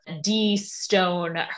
de-stone